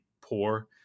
poor